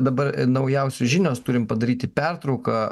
dabar naujausios žinios turim padaryti pertrauką